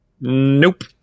Nope